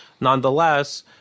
nonetheless